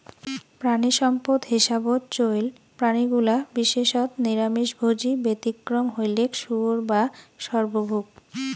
প্রাণীসম্পদ হিসাবত চইল প্রাণীগুলা বিশেষত নিরামিষভোজী, ব্যতিক্রম হইলেক শুয়োর যা সর্বভূক